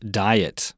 diet